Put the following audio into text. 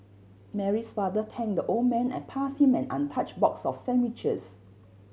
Mary's father thanked the old man and passed him an untouched box of sandwiches